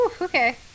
Okay